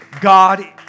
God